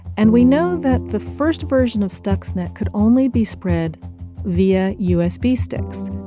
and we know that the first version of stuxnet could only be spread via usb sticks.